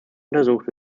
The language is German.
untersucht